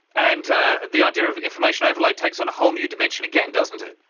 and the idea of information overload takes on a whole new dimension again, doesn't it.